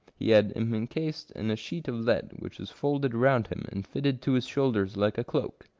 he had him encased in a sheet of lead, which was folded round him and fitted to his shoulders like a cloak.